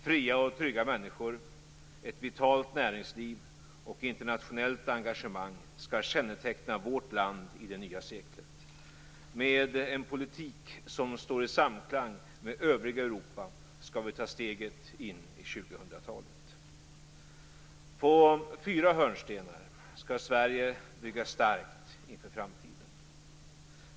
Fria och trygga människor, ett vitalt näringsliv och internationellt engagemang skall känneteckna vårt land i det nya seklet. Med en politik som står i samklang med övriga Europa skall vi ta steget in i 2000 På fyra hörnstenar skall Sverige byggas starkt inför framtiden.